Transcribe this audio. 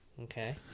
Okay